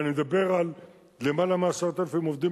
ואני מדבר על למעלה מ-10,000 עובדים,